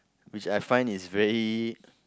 which I find is very